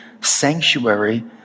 sanctuary